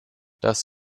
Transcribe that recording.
das